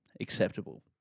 acceptable